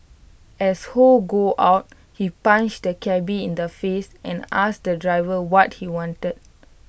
as ho got out he punched the cabby in the face and asked the driver what he wanted